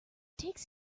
takes